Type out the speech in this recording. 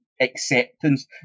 acceptance